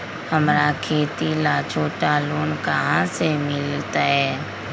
हमरा खेती ला छोटा लोने कहाँ से मिलतै?